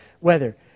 weather